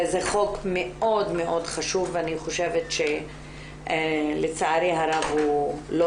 זה חוק מאוד מאוד חשוב ואני חושבת שלצערי הרב הוא לא